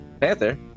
Panther